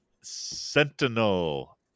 sentinel